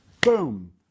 Boom